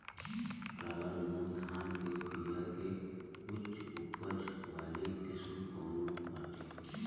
काला नमक धान के बिया के उच्च उपज वाली किस्म कौनो बाटे?